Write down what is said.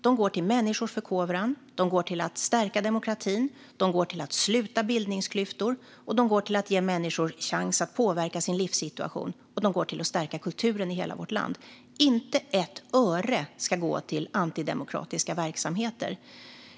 De går till människors förkovran och till att stärka demokratin, sluta bildningsklyftor och ge människor chans att påverka sin livssituation. Och de går till att stärka kulturen i hela vårt land. Inte ett öre ska gå till antidemokratiska verksamheter.